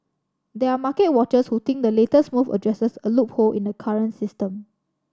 there are market watchers who think the latest move addresses a loophole in the current system